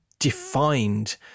Defined